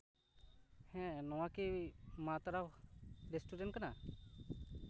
ᱱᱚᱶᱟ ᱠᱤ ᱢᱟ ᱛᱟᱨᱟ ᱨᱮᱥᱴᱩᱨᱮᱱᱴ ᱠᱟᱱᱟ